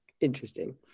interesting